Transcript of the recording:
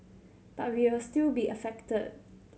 but we'll still be affected